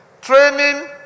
Training